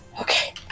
okay